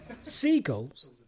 Seagulls